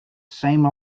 same